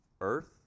earth